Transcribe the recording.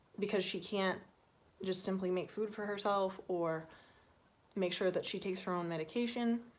because she can't just simply make food for herself, or make sure that she takes her own medication,